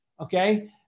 okay